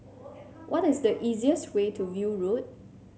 what is the easiest way to View Road